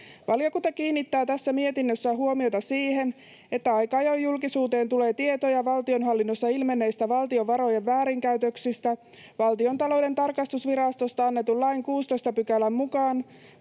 Valiokunta kiinnittää tässä mietinnössään huomiota siihen, että aika ajoin julkisuuteen tulee tietoja valtionhallinnossa ilmenneistä valtion varojen väärinkäytöksistä. Valtiontalouden tarkastusvirastosta annetun lain 16 §:n mukaan